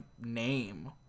name